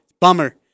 Bummer